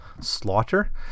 slaughter